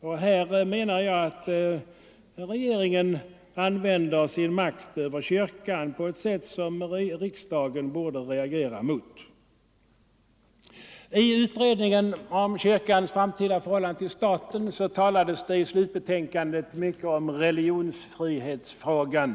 Jag menar att regeringen använder sin makt över kyrkan på ett sätt som riksdagen borde reagera mot. I utredningen om kyrkans framtida förhållande till staten talades det som bekant i slutbetänkandet mycket om religionsfrihetsfrågan.